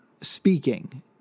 speaking